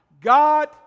God